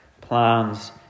plans